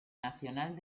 nacional